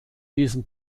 diesem